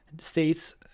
states